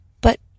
But